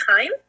time